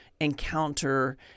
encounter